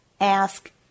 ask